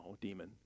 demon